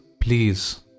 please